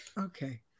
Okay